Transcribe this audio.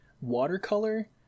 watercolor